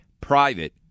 private